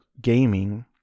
gaming